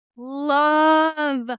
love